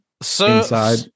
inside